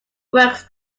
works